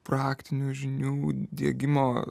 praktinių žinių diegimo